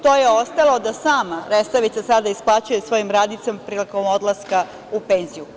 To je ostalo da sama Resavica sada isplaćuje svojim radnicima prilikom odlaska u penziju.